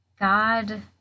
God